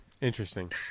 Interesting